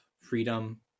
freedom